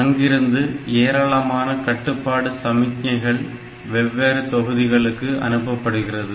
அங்கிருந்து ஏராளமான கட்டுப்பாடு சமிக்ஞைகள் வெவ்வேறு தொகுதிகளுக்கு அனுப்பப்படுகிறது